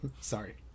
Sorry